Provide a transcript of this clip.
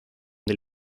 del